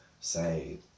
say